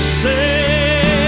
say